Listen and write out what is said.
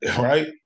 Right